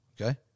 okay